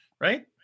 Right